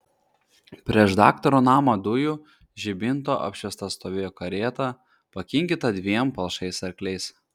prieš daktaro namą dujų žibinto apšviesta stovėjo karieta pakinkyta dviem palšais arkliais